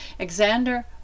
Alexander